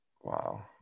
Wow